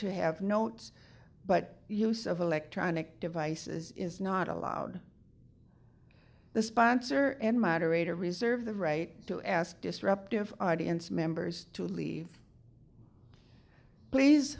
to have notes but use of electronic devices is not allowed the sponsor and moderator reserve the right to ask disruptive audience members to leave please